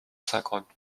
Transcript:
cinquante